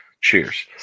Cheers